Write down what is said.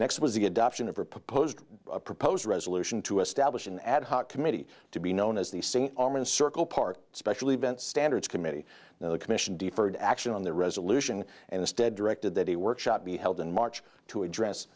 next was the adoption of her proposed proposed resolution to establish an ad hoc committee to be known as the singing arm and circle part special event standards committee now the commission deferred action on the resolution and instead directed that he workshop be held in march to address